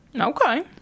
Okay